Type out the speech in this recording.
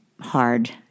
hard